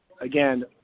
again